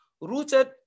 rooted